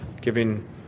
giving